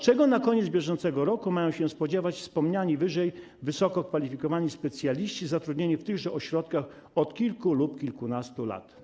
Czego na koniec bieżącego roku mają się spodziewać wspomniani wyżej wysokokwalifikowani specjaliści zatrudnieni w tychże ośrodkach od kilku lub kilkunastu lat?